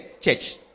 church